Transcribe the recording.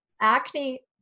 acne